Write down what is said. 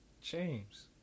James